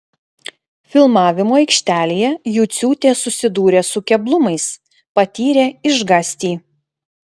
filmavimo aikštelėje juciūtė susidūrė su keblumais patyrė išgąstį